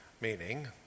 meaning